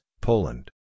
Poland